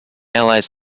allies